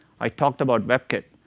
i talked about webkit,